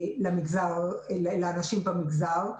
לאנשים במגזר.